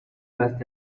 must